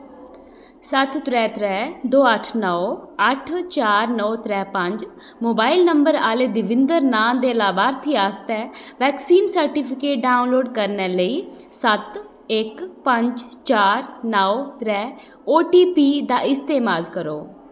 सत्त त्रै त्रै दो अट्ठ नौ अट्ठ चार नौ त्रै पंज मोबाइल नंबर आह्ले देविंदर नांऽ दे लाभार्थी आस्तै वैक्सीन सर्टिफिकेट डाउनलोड करने लेई सत्त इक पंज चार नौ ट्रै ओटीपी दा इस्तेमाल करो